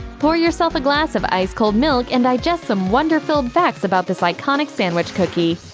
pour yourself a glass of ice-cold milk and digest some wonderfilled facts about this iconic sandwich cookie.